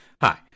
Hi